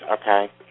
Okay